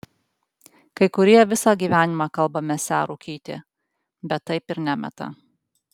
kai kurie visą gyvenimą kalba mesią rūkyti bet taip ir nemeta